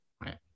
Right